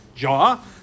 Jaw